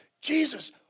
Jesus